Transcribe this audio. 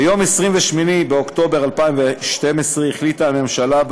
ביום 28 באוקטובר 2012 החליטה הממשלה,